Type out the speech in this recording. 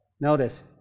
Notice